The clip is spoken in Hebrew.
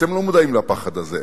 אתם לא מודעים לפחד הזה.